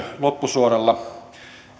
loppusuoralla